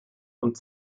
und